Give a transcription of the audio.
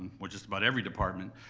or just about every department,